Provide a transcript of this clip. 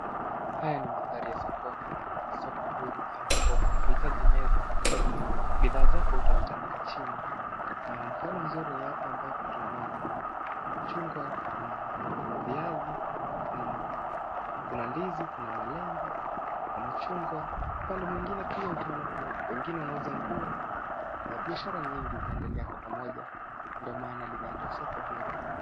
Haya ni mandhari ya sokoni, soko huru ambapo huhitaji meza, bidhaa zako utazitandika chini. Mfano mzuri ni hapa ambapo tunaona kuna machungwa, viazi, kuna ndizi, kuna malenge, kuna machungwa, upande mwingine pia utaona kuna wengine wanauza nguo, biashara mingi zinaendelea kwa pamoja ndo maana linaitwa soko huru.